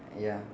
ya